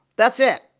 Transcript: that's it.